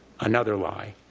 another lie.